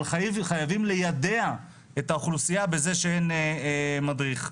אבל חייבים ליידע את האוכלוסייה בזה שאין מדריך.